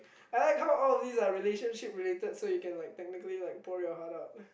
I like how all of these are relationship related so you can like technically like pour your heart out